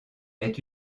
est